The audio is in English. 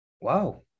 wow